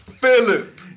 Philip